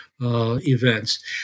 events